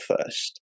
First